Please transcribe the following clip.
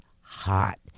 hot